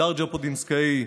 הדר ז'בוטינסקאי,